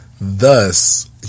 thus